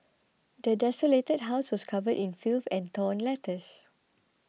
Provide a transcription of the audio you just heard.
the desolated house was covered in filth and torn letters